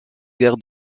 guerre